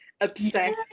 obsessed